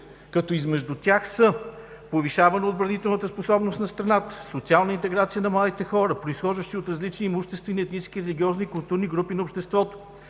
Измежду тях са: повишаване отбранителната способност на страната; социална интеграция на младите хора, произхождащи от различни имуществени, етнически, религиозни и културни групи на обществото;